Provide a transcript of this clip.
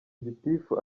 gitifu